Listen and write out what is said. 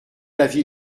l’avis